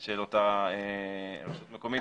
של אותה רשות מקומית,